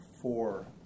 four